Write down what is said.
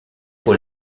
pour